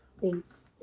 Thanks